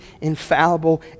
infallible